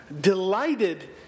delighted